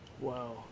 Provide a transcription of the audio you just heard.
Wow